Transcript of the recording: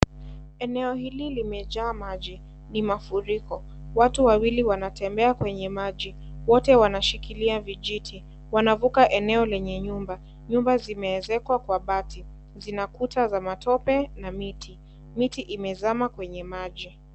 Eneo hili limejaa maji, ni mafuriko. Watu wawili wanatembea kwenye maji. Wote wanashikilia vijiti. Wanavuka eneo lenye nyumba. Nyumba zimeezekwa kwa bati. Zina kuta za matopoe na miti. Miti imezama kwenye maji.